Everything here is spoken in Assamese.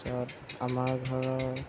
য'ত আমাৰ ঘৰৰ